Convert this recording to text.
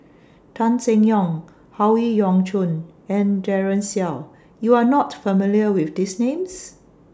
Tan Seng Yong Howe Yoon Chong and Daren Shiau YOU Are not familiar with These Names